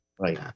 right